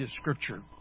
Scripture